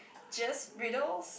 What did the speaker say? just riddles